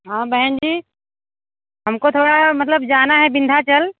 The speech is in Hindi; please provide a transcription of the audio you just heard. हाँ बहन जी हमको थोड़ा मतलब जाना है विंध्याचल